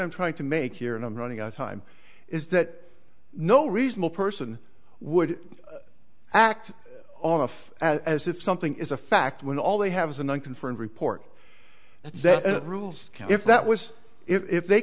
i'm trying to make here and i'm running out of time is that no reasonable person would act off as if something is a fact when all they have is an unconfirmed report that rules if that was if they